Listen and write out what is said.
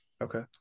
Okay